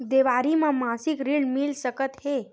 देवारी म मासिक ऋण मिल सकत हे?